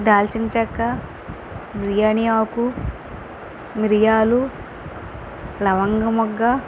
దాల్చిన చెక్కా బిర్యానీ ఆకు మిరియాలు లవంగ మొగ్గ